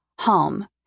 Home